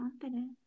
confident